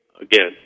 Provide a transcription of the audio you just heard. again